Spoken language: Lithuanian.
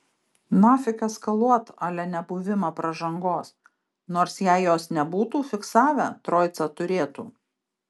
nafik eskaluot a le nebuvimą pražangos nors jei jos nebūtų fiksavę troicą turėtų